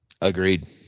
Agreed